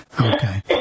Okay